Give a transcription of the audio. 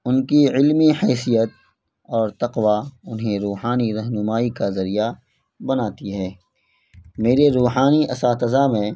ان کی علمی حیثیت اور تقویٰ انہیں روحانی رہنمائی کا ذریعہ بناتی ہے میرے روحانی اساتذہ میں